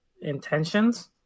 intentions